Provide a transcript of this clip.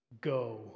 Go